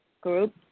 group